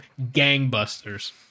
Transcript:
gangbusters